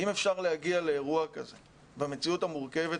אם אפשר להגיע לאירוע כזה במציאות המורכבת